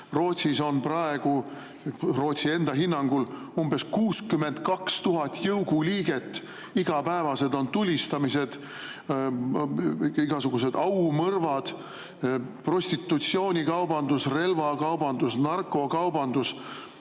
Rootsis on praegu Rootsi enda hinnangul umbes 62 000 jõuguliiget. Iga päev on tulistamised, igasugused aumõrvad, prostitutsioonikaubandus, relvakaubandus ja narkokaubandus.